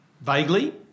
Vaguely